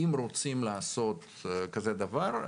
אם רוצים לעשות כזה דבר,